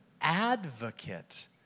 advocate